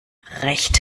recht